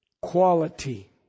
quality